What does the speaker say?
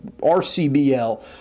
RCBL